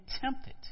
tempted